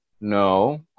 No